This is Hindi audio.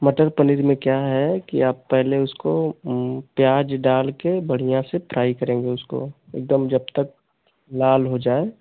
मटर पनीर में क्या है कि आप पहले उसको प्याज़ डालकर बढ़िया से फ्राई करेंगे उसको एक दम जब तक लाल हो जाए